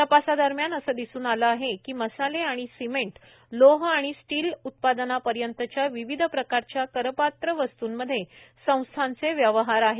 तपासादरम्यान असे दिसून आले आहे की मसाले आणि सिमेंट लोह आणि स्टील उत्पादनांपर्यंतच्या विविध प्रकारच्या करपात्र वस्तूंमध्ये संस्थांचे व्यवहार आहेत